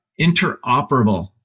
interoperable